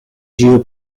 giro